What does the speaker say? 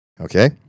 Okay